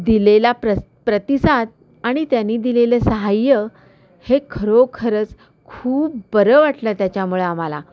दिलेला प्र प्रतिसाद आणि त्यानी दिलेले सहाय्य हे खरोखरच खूप बरं वाटलं त्याच्यामुळे आम्हाला